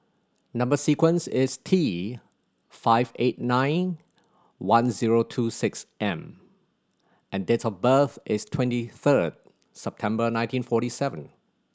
number sequence is T five eight nine one zero two six M and date of birth is twenty third September nineteen forty seven